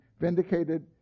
vindicated